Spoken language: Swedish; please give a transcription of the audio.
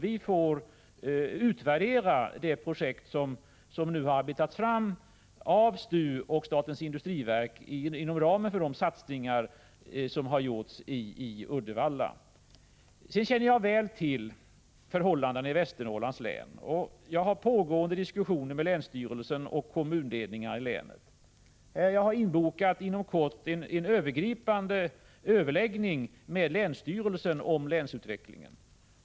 Vi får utvärdera det projekt som nu har arbetats fram av STU och statens industriverk inom ramen för de satsningar som har gjorts i Uddevalla. Jag känner väl till förhållandena i Västernorrlands län. Jag har pågående diskussioner med länsstyrelsen och kommunledningar i länet. Jag har bokat in att jag inom kort skall ha en övergripande överläggning med länsstyrelsen om länsutvecklingen.